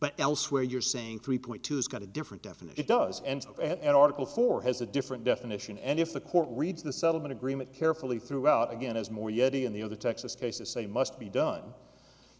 but elsewhere you're saying three point two has got a different definition does end of an article for has a different definition and if the court reads the settlement agreement carefully threw out again as more yet in the other texas cases say must be done